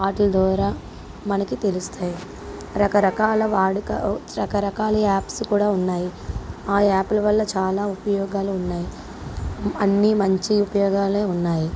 వాటిలి ద్వారా మనకు తెలుస్తాయి రకరకాల వాడుక రకరకాల యాప్స్ కూడా ఉన్నాయి ఆ యాప్ల వల్ల చాలా ఉపయోగాలు ఉన్నాయి అన్నీ మంచి ఉపయోగాలే ఉన్నాయి